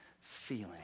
feeling